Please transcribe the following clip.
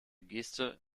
geste